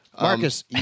Marcus